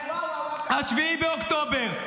וואו --- 7 באוקטובר,